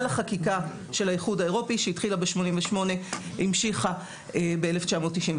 החקיקה של האיחוד האירופי שהתחילה ב-1988 והמשיכה ב-1999.